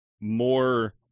more